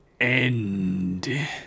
end